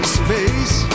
space